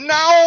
Now